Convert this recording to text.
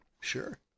Sure